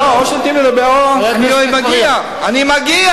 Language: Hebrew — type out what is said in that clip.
אני מגיע.